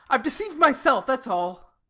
i've deceived myself, that's all.